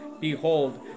Behold